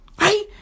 right